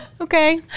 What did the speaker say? Okay